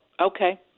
Okay